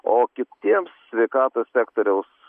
o kitiems sveikatos sektoriaus